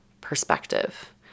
perspective